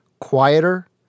quieter